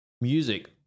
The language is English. music